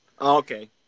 Okay